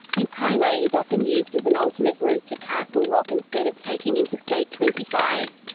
this highway is often used as an alternate route to castle rock instead of taking interstate twenty five.